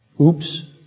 Oops